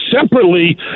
separately